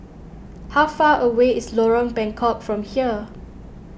how far away is Lorong Bengkok from here